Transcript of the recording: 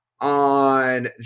on